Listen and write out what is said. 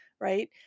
right